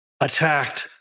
attacked